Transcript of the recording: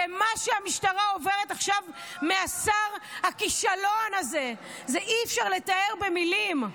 ומה שהמשטרה עוברת עכשיו משר הכישלון הזה אי-אפשר לתאר במילים.